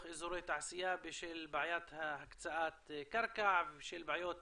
אזורי תעשייה בשל בעיית הקצאות קרקע ובשל בעיות